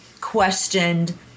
questioned